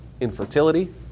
infertility